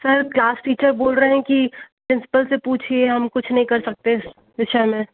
sir class teacher बोल रहे हैं कि प्रिंसपल से पूछिए हम कुछ नहीं कर सकते इस विषय मैं